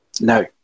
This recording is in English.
No